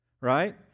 right